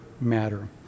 matter